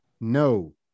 no